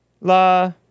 la